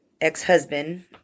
ex-husband